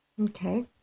Okay